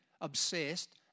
obsessed